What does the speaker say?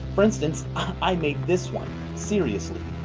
for instance, i made this one. seriously.